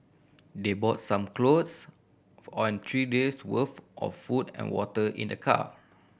they brought some clothes and three days' worth of food and water in their car